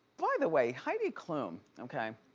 by the way, heidi klum, okay,